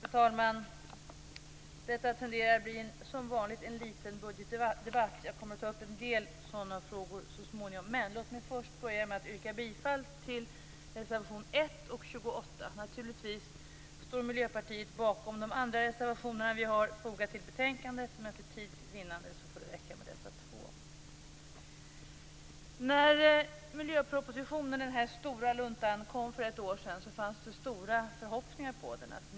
Fru talman! Detta tenderar som vanligt att bli en liten budgetdebatt. Jag kommer att ta upp en del sådana frågor så småningom. Men låt mig först yrka bifall till reservationerna 1 och 28. Naturligtvis står Miljöpartiet bakom de andra reservationerna vi har fogat till betänkandet, men för tids vinnande får det räcka med dessa två. När miljöpropositionen - den här stora luntan - kom för ett år sedan fanns det stora förhoppningar.